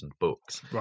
books